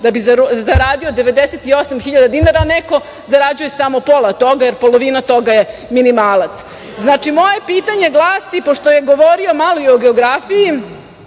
da bi zaradio 98 hiljada dinara, a neko zarađuje samo pola od toga, jer polovina toga je minimalac. Znači, moje pitanje glasi, pošto je govorio malo i o geografiji,